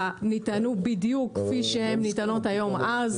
נטענו בדיוק כפי שנטענות היום - אז,